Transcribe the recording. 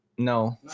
No